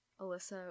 Alyssa